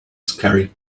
scary